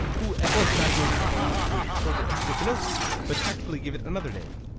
who at once diagnosed the philosopher's disorder as trichinosis, but tactfully gave it another name.